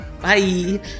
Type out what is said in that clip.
Bye